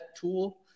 tool